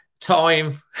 time